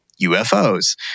UFOs